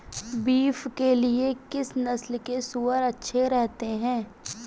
Beef के लिए किस नस्ल के सूअर अच्छे रहते हैं?